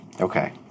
Okay